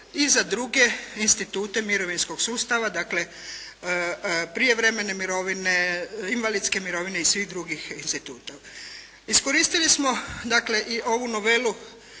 i za druge institute mirovinskog sustava dakle, prijevremene mirovine, invalidske mirovine i svih drugih instituta. Iskoristili smo dakle, i ovu novelu